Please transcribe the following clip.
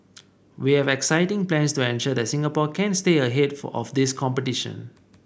we have exciting plans to ensure that Singapore can stay ahead of this competition